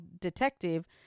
Detective